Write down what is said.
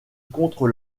contre